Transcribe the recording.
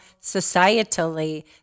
societally